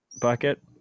bucket